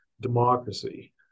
democracy